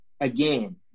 again